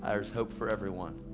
there's hope for everyone.